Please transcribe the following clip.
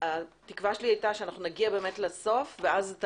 התקווה שלי הייתה שאנחנו נגיע לסוף ואז את